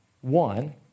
One